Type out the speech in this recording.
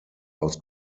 aus